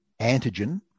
antigen